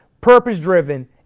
purpose-driven